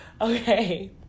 Okay